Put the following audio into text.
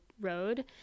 road